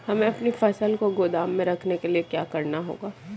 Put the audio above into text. हमें अपनी फसल को गोदाम में रखने के लिये क्या करना होगा?